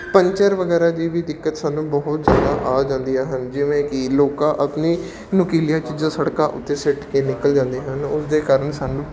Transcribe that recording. puncture ਵਗੈਰਾ ਦੀ ਵੀ ਦਿੱਕਤ ਸਾਨੂੰ ਬਹੁਤ ਜ਼ਿਆਦਾ ਆ ਜਾਂਦੀਆਂ ਹਨ ਜਿਵੇਂ ਕਿ ਲੋਕ ਆਪਣੀ ਨੋਕੀਲੀਆਂ ਚੀਜ਼ਾਂ ਸੜਕਾਂ ਉੱਤੇ ਸੁੱਟ ਕੇ ਨਿਕਲ ਜਾਂਦੇ ਹਨ ਉਸਦੇ ਕਾਰਨ ਸਾਨੂੰ